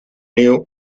new